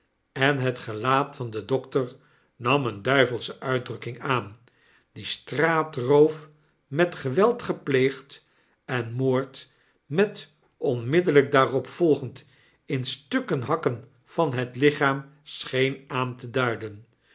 en het gelaat van den dokter nam eene duivelsche uitdrukking aan die straatroof met geweld gepleegd en moord met onmiddellyk daarop volgend in stukken hakvan het lichaam scheen aan te duiden